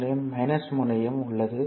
முனையம் முனையம் உள்ளது